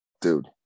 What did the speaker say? dude